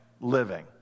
living